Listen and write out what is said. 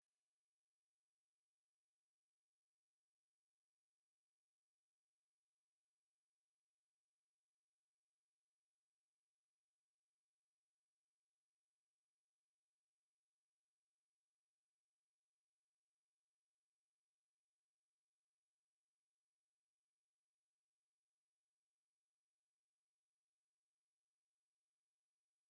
Ni mu nzu irimo ibikinisho by'abana bifashisha bakina maze bakarushaho kunezerwa bikabafasha kutabangamira ababyeyi babo maze abo bana bakabaha umuntu ubakurirana aho mu nzu y'imyidaguriro, bityo abana bagakinana hamwe bikazamura imikurire myiza y'abana mu gihagararo no mu bwenge.